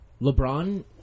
LeBron